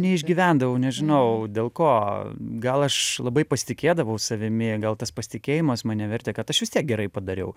neišgyvendavau nežinau dėl ko gal aš labai pasitikėdavau savimi gal tas pasitikėjimas mane vertė kad aš vis tiek gerai padariau